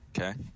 Okay